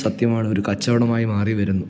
സത്യമാണ് ഒരു കച്ചവടമായി മാറിവരുന്നു